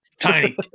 tiny